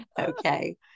Okay